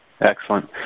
Excellent